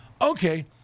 Okay